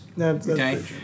Okay